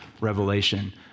Revelation